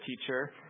teacher